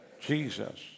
Jesus